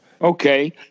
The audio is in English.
Okay